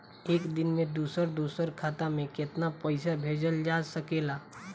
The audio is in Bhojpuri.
एक दिन में दूसर दूसर खाता में केतना पईसा भेजल जा सेकला?